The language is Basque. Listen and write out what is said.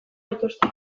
dituzte